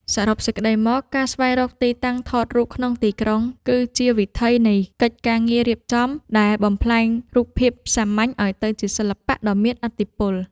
សរុបសេចក្ដីមក ការស្វែងរកទីតាំងថតរូបក្នុងទីក្រុង គឺជា វិថីនៃកិច្ចការងាររៀបចំ ដែលបំប្លែងរូបភាពសាមញ្ញឱ្យទៅជាសិល្បៈដ៏មានឥទ្ធិពល។